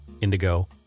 Indigo